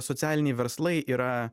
socialiniai verslai yra